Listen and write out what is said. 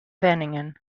wenningen